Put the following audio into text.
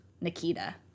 Nikita